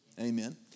Amen